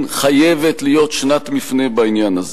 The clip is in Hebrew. חייבת להיות שנת מפנה בעניין הזה.